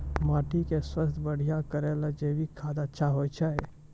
माटी के स्वास्थ्य बढ़िया करै ले जैविक खाद अच्छा होय छै?